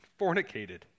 fornicated